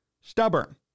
stubborn